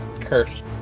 curse